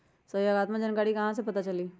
सहयोगात्मक जानकारी कहा से पता चली?